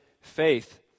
faith